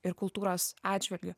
ir kultūros atžvilgiu